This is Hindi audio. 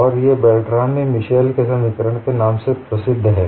और ये बेल्ट्रामी मिशेल के समीकरण के नाम से प्रसिद्ध है